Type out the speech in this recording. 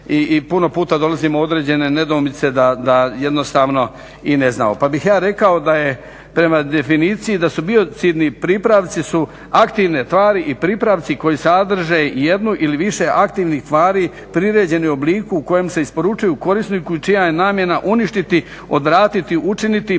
I puno puta dolazimo u određene nedoumice da jednostavno i ne znamo. Pa bih ja rekao da prema definiciji su biocidni pripravci aktivne tvari i pripravci koji sadrže jednu ili više aktivnih tvari priređeni u obliku u kojem se isporučuju korisniku čija je namjena uništiti, odvratiti, učiniti bezopasnim